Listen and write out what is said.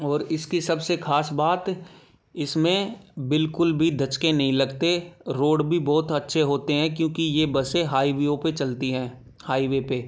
और इसकी सबसे ख़ास बात इसमें बिल्कुल भी दचके नहीं लगते रोड भी बहुत अच्छे होते हैं क्योंकि यह बसें हाइवेयों पर चलती हैं हाईवे पर